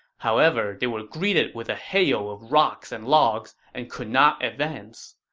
however, they were greeted with a hail of rocks and logs and could not advance.